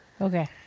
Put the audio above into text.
Okay